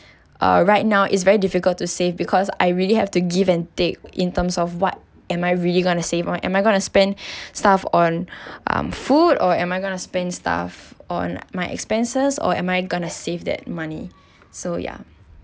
uh right now is very difficult to save because I really have to give and take in terms of what am I really gonna save on am I gonna spend stuff on um food or am I gonna spend stuff on my expenses or am I gonna save that money so ya